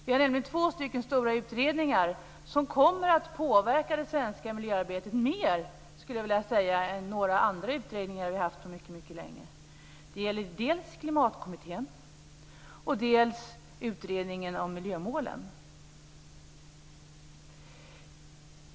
Vi har nämligen två stora utredningar som kommer att påverka det svenska miljöarbetet mer än några andra utredningar vi har haft på mycket länge. Det gäller dels Klimatkommittén, dels utredningen om miljömålen.